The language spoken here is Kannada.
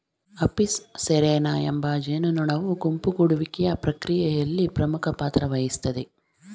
ಅಪಿಸ್ ಸೆರಾನಾ ಎಂಬ ಜೇನುನೊಣವು ಗುಂಪು ಗೂಡುವಿಕೆಯ ಪ್ರಕ್ರಿಯೆಯಲ್ಲಿ ಪ್ರಮುಖ ಪಾತ್ರವಹಿಸ್ತದೆ